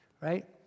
right